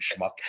schmuck